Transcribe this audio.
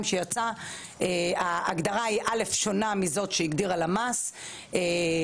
ההגדרה שיצאה היא שונה מההגדרה שהגדירה הלשכה המרכזית לסטטיסטיקה,